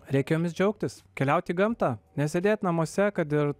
reikia jomis džiaugtis keliaut į gamta nesėdėt namuose kad ir